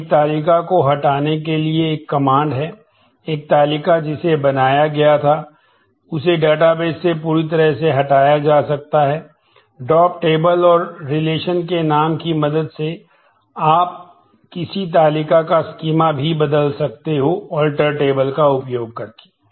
और इसलिए हर रिकॉर्ड का उपयोग करके